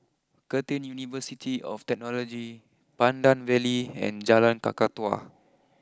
Curtin University of Technology Pandan Valley and Jalan Kakatua